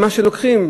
ממה שלוקחים,